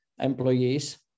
employees